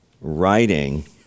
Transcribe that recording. writing